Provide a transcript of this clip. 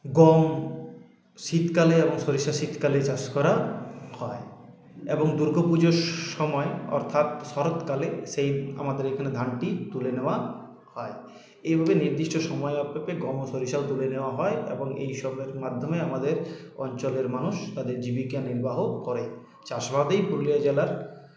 গম শীতকালে এবং সরিষা শীতকালে চাষ করা হয় এবং দুর্গাপুজোর সময় অর্থাৎ শরৎকালে সেই আমাদের এখানে ধানটি তুলে নেওয়া হয় এইভাবে নির্দিষ্ট সময় গম সরিষাও তুলে নেওয়া হয় এবং এইসবের মাধ্যমে আমাদের অঞ্চলের মানুষ তাদের জীবিকা নির্বাহ করে চাষাবাদই পুরুলিয়া জেলার